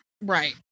right